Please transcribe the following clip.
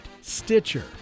Stitcher